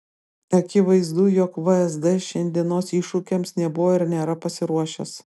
akivaizdu jog vsd šiandienos iššūkiams nebuvo ir nėra pasiruošęs